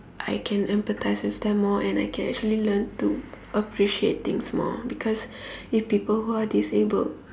I can empathise with them more and I can actually learn to appreciate things more because if people who are disabled